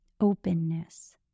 openness